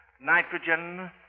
nitrogen